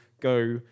go